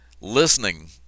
listening